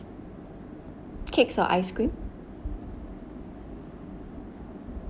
cakes or ice cream